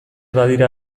badira